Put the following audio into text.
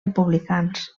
republicans